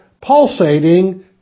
pulsating